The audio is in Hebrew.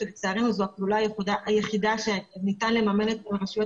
שלצערנו זו הפעולה היחידה שניתן לממן ברשויות